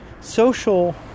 social